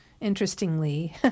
interestingly